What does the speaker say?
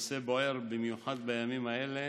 ונושא בוער במיוחד בימים האלה